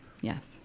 yes